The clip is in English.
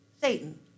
Satan